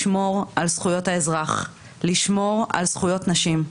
לשמור על זכויות האזרח, לשמור על זכויות נשים.